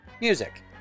music